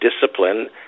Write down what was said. discipline